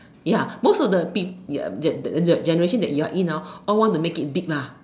ya most of the peep~ ya ya ya ya the the generation that you are in ah all want to make it big lah